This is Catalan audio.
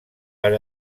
per